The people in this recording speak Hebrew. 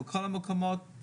בכל המקומות.